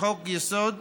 לחוק-יסוד: